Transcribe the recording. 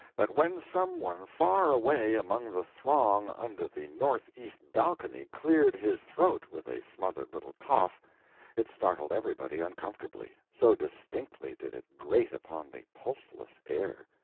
that when some one far away among the throng under the northeast balcony cleared his throat with a smothered little cough it startled everybody uncomfortably, so distinctly did it grate upon the pulseless air.